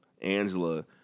Angela